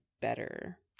better